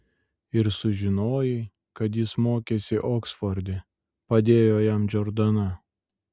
ir sužinojai kad jis mokėsi oksforde padėjo jam džordana